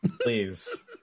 Please